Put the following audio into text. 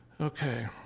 Okay